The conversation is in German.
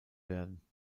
werden